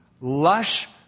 lush